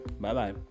Bye-bye